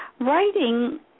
writing